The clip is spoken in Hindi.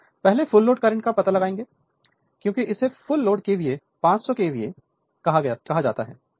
Refer Slide Time 0938 पहले फुल लोड करंट का पता लगाएं क्योंकि इसे full load kVA 500 kVA refer time 0942 कहा जाता है